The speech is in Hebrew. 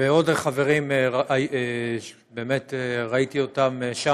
ועוד חברים ראיתי שם,